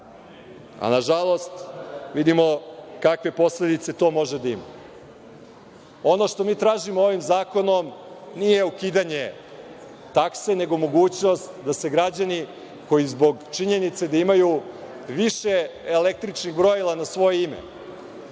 Nažalost, vidimo kakve posledice to može da ima. Ono što mi tražimo ovim zakonom nije ukidanje takse, nego mogućnost da se građani, koji zbog činjenice da imaju više električnih brojila na svoje ime,